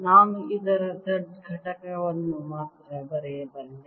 ನಾನು ಇದರ z ಘಟಕವನ್ನು ಮಾತ್ರ ಬರೆಯಬಲ್ಲೆ